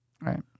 Right